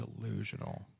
delusional